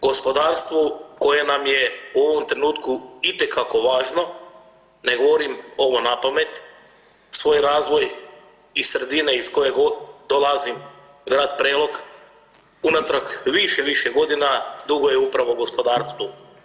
Gospodarstvu koje nam je u ovom trenutku itekako važno, ne govorim ovo napamet, svoj razvoj iz sredine iz koje dolazim grad Prelog unatrag više, više godina duguje upravo gospodarstvu.